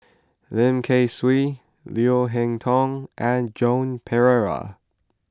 Lim Kay Siu Leo Hee Tong and Joan Pereira